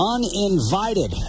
Uninvited